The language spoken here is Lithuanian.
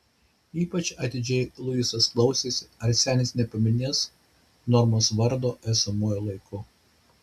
ypač atidžiai luisas klausėsi ar senis nepaminės normos vardo esamuoju laiku